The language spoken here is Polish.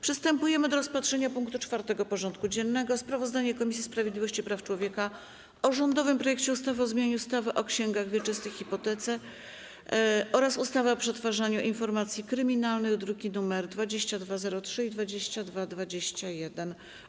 Przystępujemy do rozpatrzenia punktu 4. porządku dziennego: Sprawozdanie Komisji Sprawiedliwości i Praw Człowieka o rządowym projekcie ustawy o zmianie ustawy o księgach wieczystych i hipotece oraz ustawy o przetwarzaniu informacji kryminalnych (druki nr 2203 i 2221)